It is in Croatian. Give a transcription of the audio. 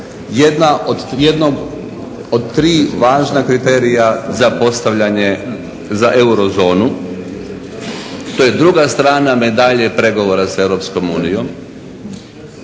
jednom od tri važna kriterija za postavljanje za euro zonu. To je druga strana medalje sa pregovorima sa